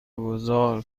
گذار